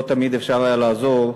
לא תמיד אפשר היה לעזור,